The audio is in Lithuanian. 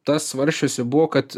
tas svarsčiuose buvo kad